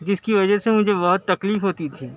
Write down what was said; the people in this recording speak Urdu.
جس کی وجہ سے مجھے بہت تکلیف ہوتی تھی